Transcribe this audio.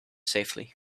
safely